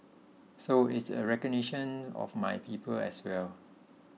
so it's a recognition of my people as well